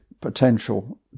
potential